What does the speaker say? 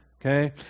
Okay